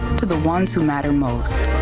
the ones who matter most.